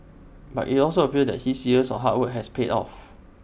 but IT also appears that his years of hard work has paid off